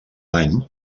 dany